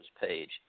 page